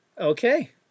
Okay